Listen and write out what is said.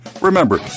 Remember